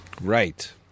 Right